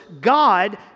God